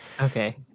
okay